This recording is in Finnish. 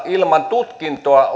ilman tutkintoa